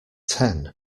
ten